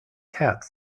cat